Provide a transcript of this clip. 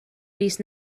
fis